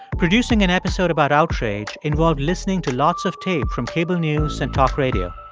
producing an episode about outrage involved listening to lots of tape from cable news and talk radio.